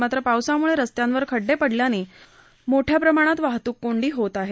मात्र पावसामुळे रस्त्यांवर खड्डे पडल्याने रोडवर मोठ्या प्रमाणात वाहतूक कोंडी होत आहे